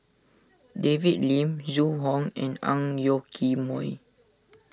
David Lim Zhu Hong and Ang Yoke Mooi